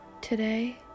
Today